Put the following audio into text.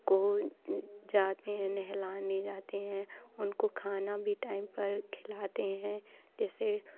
को जाते हैं नहलाने जाते हैं उनको खाना भी टाइम पर खिलाते हैं जिससे